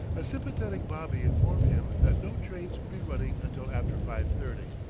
a sympathetic bobby informed him that no trains would be running until after five-thirty,